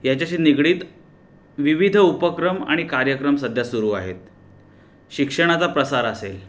याच्याशी निगडित विविध उपक्रम आणि कार्यक्रम सध्या सुरू आहेत शिक्षणाचा प्रसार असेल